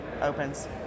opens